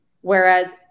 Whereas